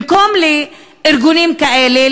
במקום לארגונים כאלה,